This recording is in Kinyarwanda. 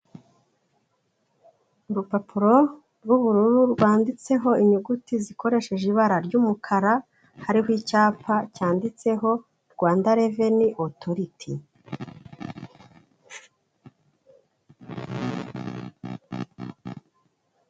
Urupapuro rw'ubururu, rwanditseho inyuguti zikoresheje ibara ry'umukara, hariho icyapa cyanditseho Rwanda reveni otoriti.